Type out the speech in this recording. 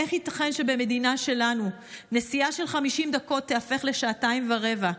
איך ייתכן שבמדינה שלנו נסיעה של 50 דקות תיהפך לשעתיים ורבע?